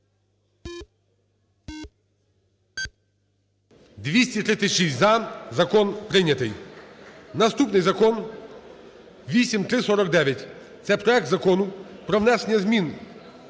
236-за. Закон прийнятий. Наступний Закон 8349 – це проект Закону про внесення змін